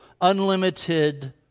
unlimited